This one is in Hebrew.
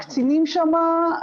הקצינים שם,